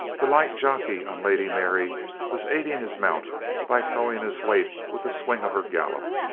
the light jockey on lady mary was aiding his mount by throwing his weight with the swing of her gallop,